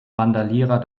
randalierer